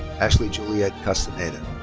ashley juliette castaneda.